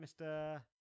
Mr